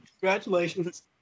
congratulations